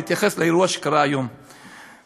להתייחס לאירוע שקרה היום ולומר: